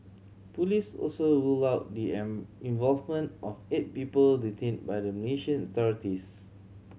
police also ruled out the involvement of eight people detained by the Malaysian authorities